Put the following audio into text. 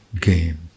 game